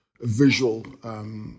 visual